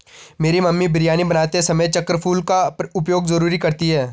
मेरी मम्मी बिरयानी बनाते समय चक्र फूल का उपयोग जरूर करती हैं